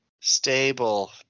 Stable